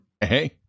Hey